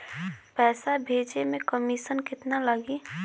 पैसा भेजे में कमिशन केतना लागि?